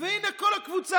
אינו נוכח.